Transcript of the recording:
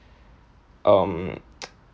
um